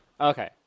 Okay